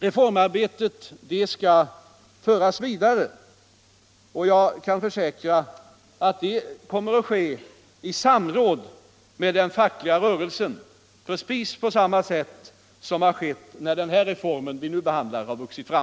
Reformarbetet skall föras vidare, och jag kan försäkra att det kommer att ske i samråd med den fackliga rörelsen, precis på samma sätt som har skett när det förslag vi nu behandlar har vuxit fram.